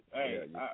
Hey